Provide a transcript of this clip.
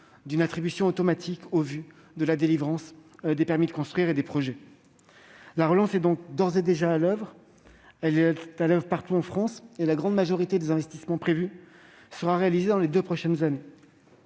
d'une attribution automatique au vu de la délivrance des permis de construire et des projets. La relance est donc d'ores et déjà à l'oeuvre partout en France ; la grande majorité des investissements prévus sera réalisée dans les deux prochaines années.